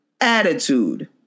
attitude